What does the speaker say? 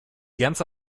ganze